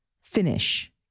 finish